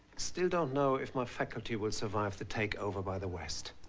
still don't know if my faculty will survive the take over by the west.